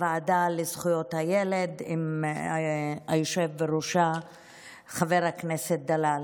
בוועדה לזכויות הילד עם היושב בראשה חבר הכנסת דלל.